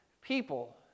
people